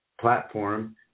platform